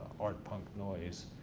art punk noise.